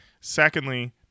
Secondly